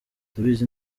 ndabizi